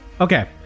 okay